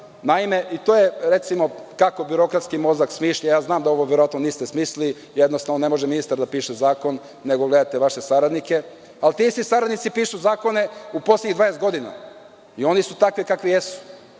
zahteva. Recimo, kako birokratski mozak smišlja. Znam da vi ovo verovatno niste smislili, jednostavno ne može ministar da piše zakon nego gledate vaše saradnike ali ti isti saradnici pišu zakone u poslednjih 20 godina i oni su takvi kakvi jesu.